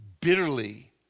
bitterly